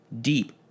deep